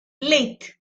lit